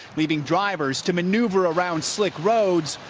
leaving drivers to maneuver around slick roads,